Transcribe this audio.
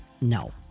no